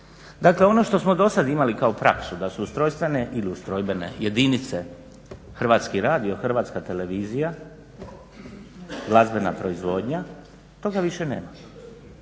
Dakle, ono što smo do sad imali kao praksu da su ustrojstvene ili ustrojbene jedinice Hrvatski radio, Hrvatska televizija, glazbena proizvodnja toga više nema.